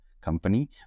company